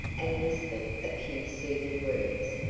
and whispered a few soothing words,